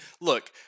look